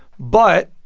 but